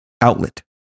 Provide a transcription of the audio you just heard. outlet